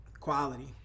quality